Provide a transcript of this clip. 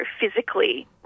physically